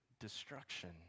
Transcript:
Destruction